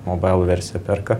mobail versiją perka